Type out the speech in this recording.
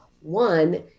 one